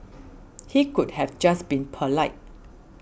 he could have just been polite